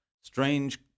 strange